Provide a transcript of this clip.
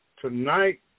Tonight